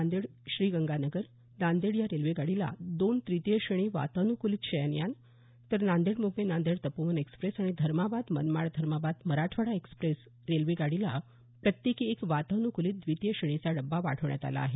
Nanded Sriganganagar Nanded railway रेल्वे गाडीला दोन तृतीय श्रेणी वातानुकुलित शयनयान तर नांदेड मुंबई नांदेड तपोवन एक्सप्रेस आणि धर्माबाद मनमाड धर्माबाद मराठवाडा एक्सप्रेस रेल्वेला प्रत्येकी एक वातानुकुलित द्वितीय श्रेणीचा डब्बा वाढवण्यात आला आहे